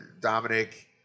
Dominic